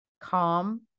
calm